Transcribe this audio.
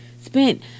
spent